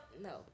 no